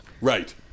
right